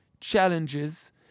challenges